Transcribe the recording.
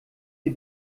die